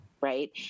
right